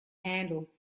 handle